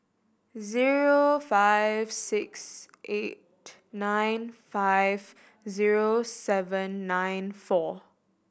zero five six eight nine five zero seven nine four